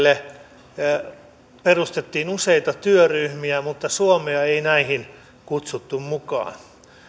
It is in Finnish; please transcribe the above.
niiden ympärille perustettiin useita työryhmiä mutta suomea ei näihin kutsuttu mukaan